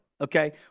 Okay